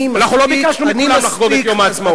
אנחנו לא ביקשנו מכולם לחגוג את יום העצמאות.